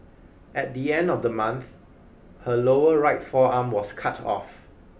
at the end of the month her lower right forearm was cut off